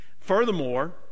Furthermore